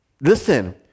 Listen